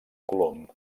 colom